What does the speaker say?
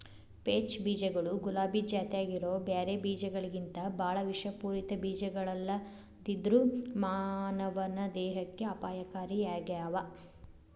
peach ಬೇಜಗಳು ಗುಲಾಬಿ ಜಾತ್ಯಾಗಿರೋ ಬ್ಯಾರೆ ಬೇಜಗಳಿಗಿಂತಬಾಳ ವಿಷಪೂರಿತ ಬೇಜಗಳಲ್ಲದೆದ್ರು ಮಾನವನ ದೇಹಕ್ಕೆ ಅಪಾಯಕಾರಿಯಾಗ್ಯಾವ